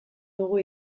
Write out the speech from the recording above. dugu